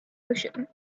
ocean